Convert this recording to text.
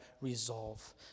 resolve